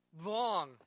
Long